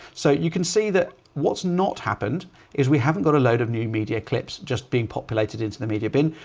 so you can see that what's not happened is we haven't got a load of new media clips just being populated into the media bin.